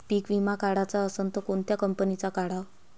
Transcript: पीक विमा काढाचा असन त कोनत्या कंपनीचा काढाव?